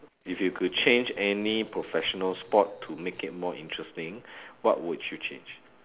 if you could change any professional sport to make it more interesting what would you change